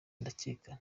ndakeka